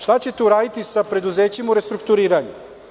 Šta ćete uraditi sa preduzećima u restrukturiranju?